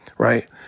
Right